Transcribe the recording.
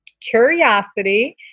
curiosity